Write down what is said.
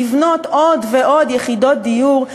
לבנות עוד ועוד יחידות דיור,